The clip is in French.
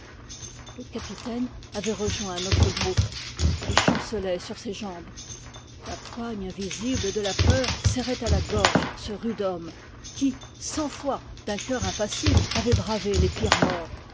le capitaine avait rejoint notre groupe il chancelait sur ses jambes la poigne invisible de la peur serrait à la gorge ce rude homme qui cent fois d'un cœur impassible avait bravé les pires morts